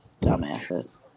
Dumbasses